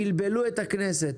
בלבלו את הכנסת.